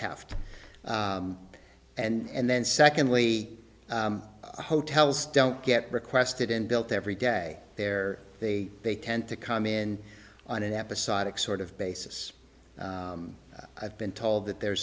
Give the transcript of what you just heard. half and then secondly hotels don't get requested and built every day there they they tend to come in on an episodic sort of basis i've been told that there are